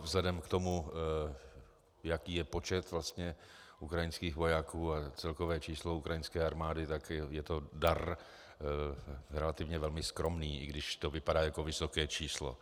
Vzhledem k tomu, jaký je počet vlastně ukrajinských vojáků a celkové číslo ukrajinské armády, je to dar relativně velmi skromný, i když to vypadá jako vysoké číslo.